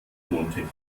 tontechnik